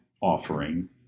offering